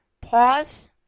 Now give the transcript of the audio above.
Pause